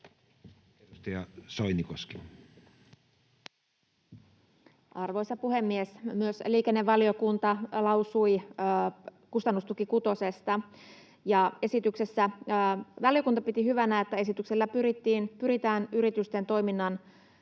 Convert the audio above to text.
18:57 Content: Arvoisa puhemies! Myös liikennevaliokunta lausui kustannustuki kutosesta, ja valiokunta piti hyvänä, että esityksellä pyritään yritysten toiminnan